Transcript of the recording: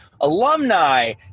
alumni